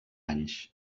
anys